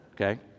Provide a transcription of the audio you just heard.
Okay